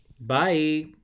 Bye